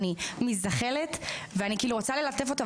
אני מזדחלת ואני רוצה ללטף אותו,